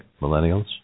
millennials